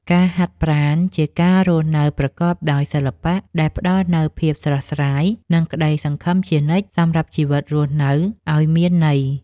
ការហាត់ប្រាណជាការរស់នៅប្រកបដោយសិល្បៈដែលផ្ដល់នូវភាពស្រស់ស្រាយ និង ក្ដីសង្ឃឹមជានិច្ចសម្រាប់ជីវិតរស់នៅឱ្យមានន័យ។